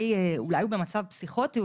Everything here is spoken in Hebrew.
אולי הוא במצב פסיכוטי?